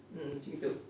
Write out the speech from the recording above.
a'ah macam gitu